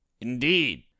Indeed